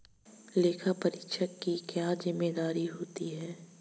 लेखापरीक्षक की क्या जिम्मेदारी होती है?